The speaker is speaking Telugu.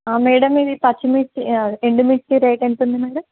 మేడం ఇది పచ్చిమిర్చి ఎండుమిర్చి రేట్ ఎంతుంది మేడం